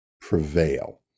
Prevail